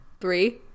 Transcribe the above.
three